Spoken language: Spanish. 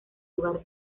lugar